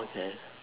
okay